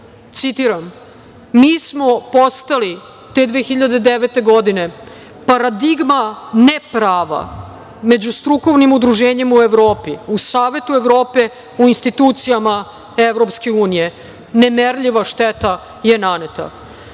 Citiram - Mi smo postali te 2009. godine paradigma ne prava međustrukovnim udruženjem u Evropi, u Savetu Evrope, u institucijama Evropske unije, nemerljiva šteta je naneta. Dakle,